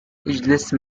اجلس